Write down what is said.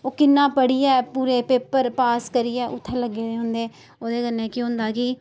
ओह् किन्ना पढ़ियै पूरे पेपर पास करियै इत्थै लग्गे दे होंदे ओह्दे कन्नै केह् होंदा कि